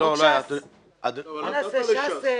עוד ש"ס?